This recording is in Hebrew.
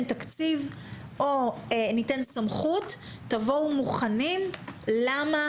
תקציב או ניתן סמכות תבואו מוכנים למה,